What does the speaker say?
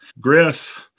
Griff